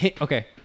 Okay